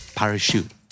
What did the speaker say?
parachute